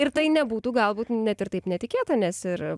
ir tai nebūtų galbūt net ir taip netikėta nes ir